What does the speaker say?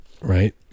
Right